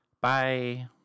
Bye